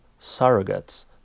surrogates